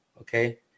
okay